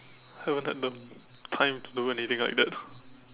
haven't had the time to do anything like that